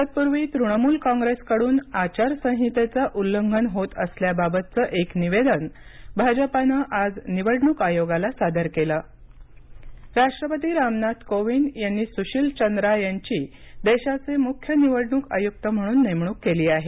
तत्पूर्वी तृणमूल कॉंग्रेसकडून आचारसंहितेचं उल्लंघन होत असल्याबाबतचं एक निवेदन भाजपानं आज निवडणुक आयोगाला सादर केलं निवडणुक आयुक्त राष्ट्रपती रामनाथ कोविंद यांनी सुशील चंद्रा यांची देशाचे मुख्य निवडणूक आयुक्त म्हणून नेमणूक केली आहे